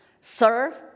serve